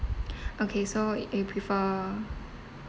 okay so you prefer